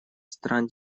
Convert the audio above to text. стран